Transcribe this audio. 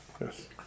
Yes